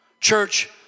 Church